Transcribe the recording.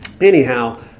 anyhow